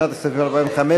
מענקי בינוי ושיכון,